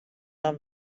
dan